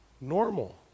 normal